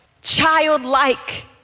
childlike